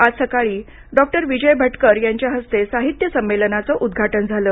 आज सकाळी डॉक्टर विजय भटकर यांच्या हस्ते साहित्य संमेलनाचं उद्घाटन झालं